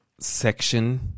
section